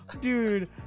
Dude